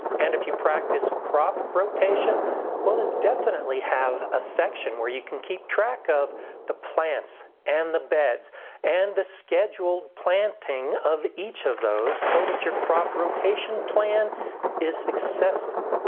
and if you practice crop rotation well then definitely have a section where you can keep track of the plants and the beds and the scheduled planting of each of those so that your crop rotation plan is successful.